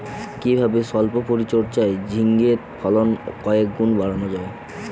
কিভাবে সল্প পরিচর্যায় ঝিঙ্গের ফলন কয়েক গুণ বাড়ানো যায়?